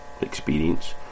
experience